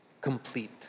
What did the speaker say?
complete